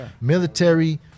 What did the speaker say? Military